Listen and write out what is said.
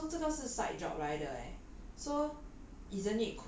ya 他还有一个 full time job eh so 这个是 side job 来的 leh